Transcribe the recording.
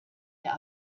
der